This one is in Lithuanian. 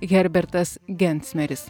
herbertas gensmeris